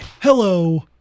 Hello